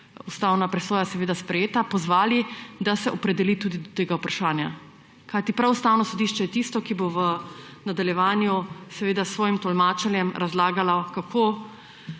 ustavna presoja seveda sprejeta, pozvali, da se opredeli tudi do tega vprašanja. Kajti, prav Ustavno sodišče je tisto, ki bo v nadaljevanju, seveda s svojim tolmačenjem, razlagalo, kako